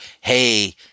hey